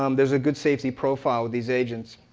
um there's a good safety profile with these agents.